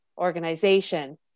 organization